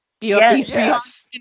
yes